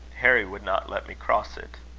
harry would not let me cross it.